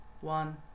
one